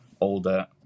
older